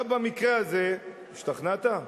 עכשיו, במקרה הזה, השתכנעת?